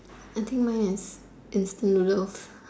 I think mine have instant noodles